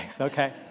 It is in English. okay